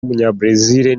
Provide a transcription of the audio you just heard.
w’umunyabrazil